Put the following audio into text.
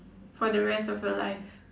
for the rest of your life